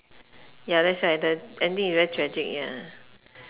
ya that's why the ending is very tragic ya